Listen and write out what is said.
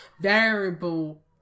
variable